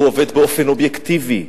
הוא עובד באופן אובייקטיבי.